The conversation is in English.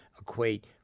equate